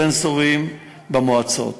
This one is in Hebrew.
סנסורים, במועצות,